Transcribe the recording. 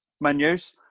menus